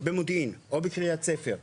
במודיעין או בקריית ספר,